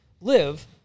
live